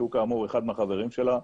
שהוא כאמור אחד מהחברים שלה,